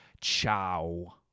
Ciao